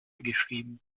geschrieben